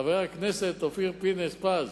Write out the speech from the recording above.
חבר הכנסת אופיר פינס-פז,